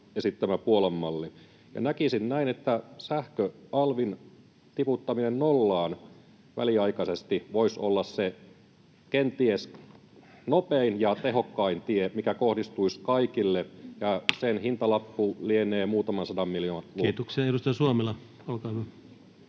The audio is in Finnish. esittämä Puolan malli. Näkisin näin, että sähköalvin tiputtaminen nollaan väliaikaisesti voisi olla kenties nopein ja tehokkain tie, mikä kohdistuisi kaikille, ja sen hintalappu lienee muutaman sadan miljoonan luokkaa. [Speech